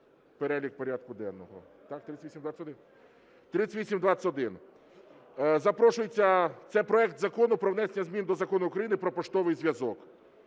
перелік порядку денного. 3821. Запрошується… Це проект Закону про внесення змін до Закону України "Про поштовий зв'язок".